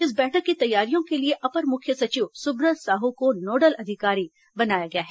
इस बैठक की तैयारियों के लिए अपर मुख्य सचिव सुव्रत साहू को नोडल अधिकारी बनाया गया है